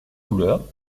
couleur